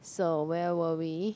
so where were we